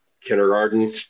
kindergarten